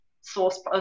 source